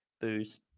Booze